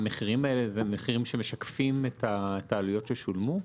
המחירים האלה הם מחירים שמשקפים את העלויות ששולמו?